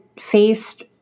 faced